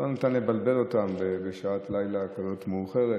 לא ניתן לבלבל אותם בשעת לילה כזאת מאוחרת,